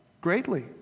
greatly